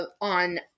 on